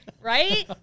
right